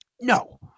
no